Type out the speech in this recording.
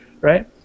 Right